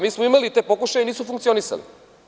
Mi smo imali te pokušaje i nismo funkcionisali.